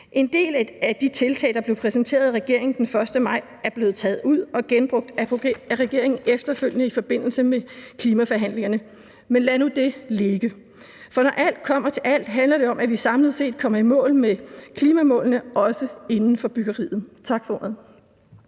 En del af de tiltag, der blev præsenteret af regeringen den 1. maj, er blevet taget ud og genbrugt af regeringen efterfølgende i forbindelse med klimaforhandlingerne, men lad nu det ligge. For når alt kommer til alt, handler det om, at vi samlet set kommer i mål med klimamålene, også inden for byggeriet. Tak for ordet.